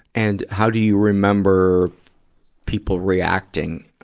and how do you remember people reacting,